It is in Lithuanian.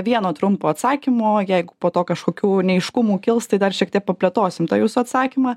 vieno trumpo atsakymo jeigu po to kažkokių neaiškumų kils tai dar šiek tiek paplėtosim tą jūsų atsakymą